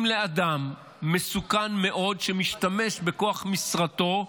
לאדם מסוכן מאוד שמשתמש בכוח משרתו כשר,